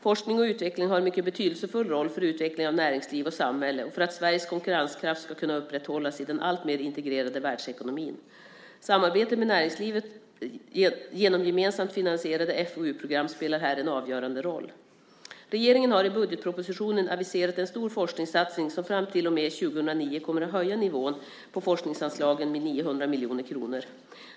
Forskning och utveckling har en mycket betydelsefull roll för utvecklingen av näringsliv och samhälle och för att Sveriges konkurrenskraft ska kunna upprätthållas i den alltmer integrerade världsekonomin. Samarbetet med näringslivet genom gemensamt finansierade FoU-program spelar här en avgörande roll. Regeringen har i budgetpropositionen aviserat en stor forskningssatsning som fram till och med 2009 kommer att höja nivån på forskningsanslagen med 900 miljoner kronor.